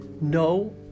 No